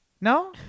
No